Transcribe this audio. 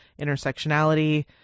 intersectionality